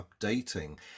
updating